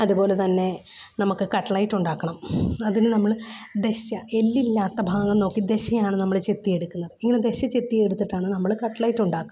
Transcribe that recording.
അതേപോലെതന്നെ നമുക്ക് കട്ലേറ്റ് ഉണ്ടാക്കണം അതിന് നമ്മൾ ദശ എല്ലില്ലാത്ത ഭാഗം നോക്കി ദശയാണ് നമ്മൾ ചെത്തിയെടുക്കുന്നത് ഇങ്ങനെ ദശ ചെത്തിയെടുത്തിട്ടാണ് നമ്മൾ കട്ലേറ്റ് ഉണ്ടാക്കുന്നത്